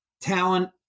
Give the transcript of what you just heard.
talent